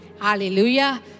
Hallelujah